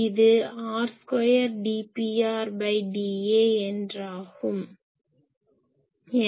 இது r2dPrdA என்றாகும்